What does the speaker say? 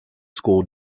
school